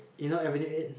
you no everyday it